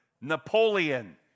Napoleon